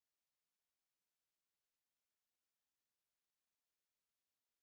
ya and then they from to bed they jump and then they all ran to the door